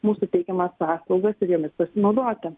mūsų teikiamas paslaugas ir jomis pasinaudoti